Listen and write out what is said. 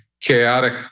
chaotic